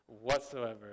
whatsoever